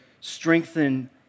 strengthen